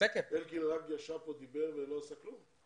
אלקין רק ישב כאן, דיבר ולא עשה כלום?